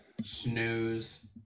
Snooze